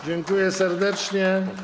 Dziękuję serdecznie.